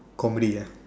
comedy yes